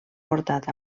portat